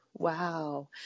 Wow